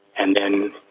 and then,